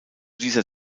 dieser